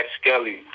Skelly